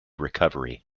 recovery